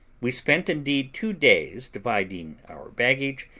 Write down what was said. we spent indeed two days dividing our baggage,